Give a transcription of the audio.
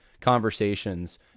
conversations